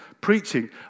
preaching